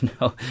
No